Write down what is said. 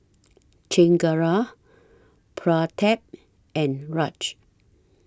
Chengara Pratap and Raj